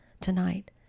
tonight